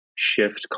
shift